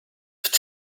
have